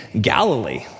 Galilee